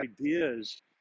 ideas